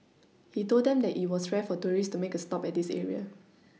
he told them that it was rare for tourists to make a stop at this area